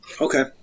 Okay